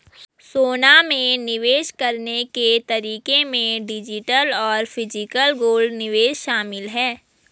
सोना में निवेश करने के तरीके में डिजिटल और फिजिकल गोल्ड निवेश शामिल है